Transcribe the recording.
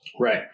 Right